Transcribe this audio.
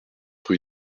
rue